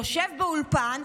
יושב באולפן,